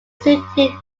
suited